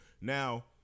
Now